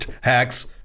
hacks